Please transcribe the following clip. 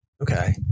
Okay